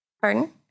Pardon